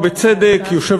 ובצדק,